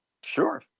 sure